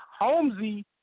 Holmesy